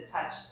touch